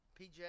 PJ